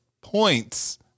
points